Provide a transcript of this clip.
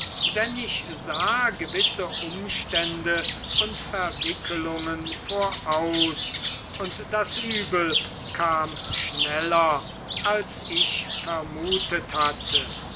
denn ich sah gewisse umstände und verwickelungen voraus und das übel kam schneller als ich vermutet hatte